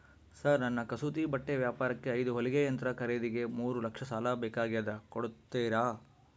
Sir ನನ್ನ ಕಸೂತಿ ಬಟ್ಟೆ ವ್ಯಾಪಾರಕ್ಕೆ ಐದು ಹೊಲಿಗೆ ಯಂತ್ರ ಖರೇದಿಗೆ ಮೂರು ಲಕ್ಷ ಸಾಲ ಬೇಕಾಗ್ಯದ ಕೊಡುತ್ತೇರಾ?